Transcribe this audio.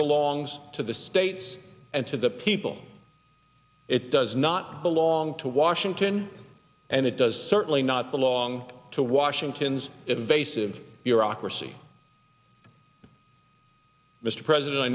belongs to the states and to the people it does not belong to washington and it does certainly not belong to washington's base of your ocracy mr president i